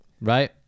right